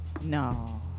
no